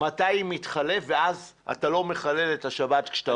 מתי היא מתחלפת ואז אתה לא מחלל את השבת כשאתה עובר.